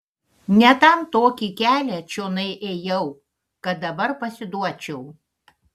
ne tam tokį kelią čionai ėjau kad dabar pasiduočiau